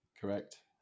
Correct